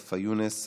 מוסטפא יוניס.